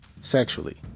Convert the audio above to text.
sexually